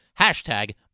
Hashtag